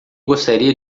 gostaria